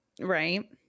right